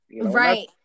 Right